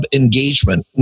engagement